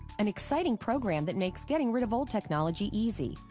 an exciting program that makes getting rid of old technology easy.